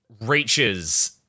reaches